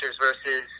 versus